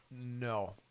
No